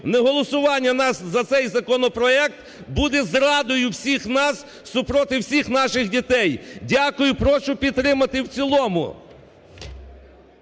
Неголосування за цей законопроект буде зрадою всіх нас супроти всіх наших дітей. Дякую. І прошу підтримати в цілому.